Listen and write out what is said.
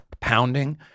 pounding